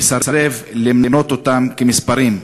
אני מסרב למנות אותם כמספרים,